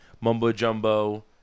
mumbo-jumbo